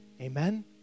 Amen